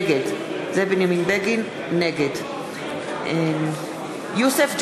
נגד יוסף ג'בארין,